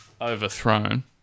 overthrown